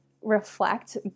reflect